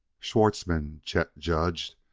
schwartzmann, chet judged,